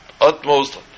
utmost